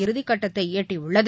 இறுதிக்கட்டத்தைஎட்டிபுள்ளது